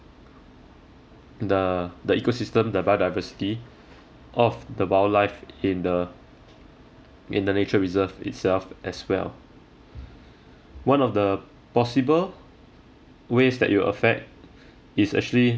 the the ecosystem the biodiversity of the wildlife in the in the nature reserve itself as well one of the possible ways that it will affect is actually